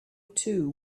too